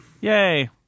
Yay